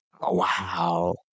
Wow